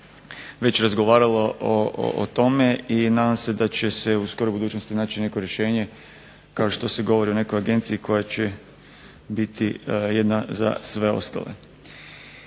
već razgovaralo o tome i nadam se da će se u skoroj budućnosti naći neko rješenje kao što se govori o nekoj agenciji koja će biti jedna za sve ostale.